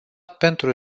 pentru